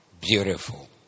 Beautiful